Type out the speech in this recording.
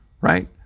right